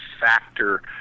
factor